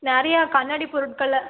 நிறையா கண்ணாடி பொருட்களை